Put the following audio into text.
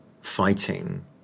fighting